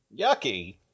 Yucky